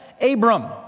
Abram